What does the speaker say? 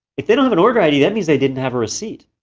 if they don't have an order id that means they didn't have a receipt.